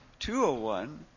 201